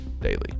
Daily